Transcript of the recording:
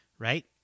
Right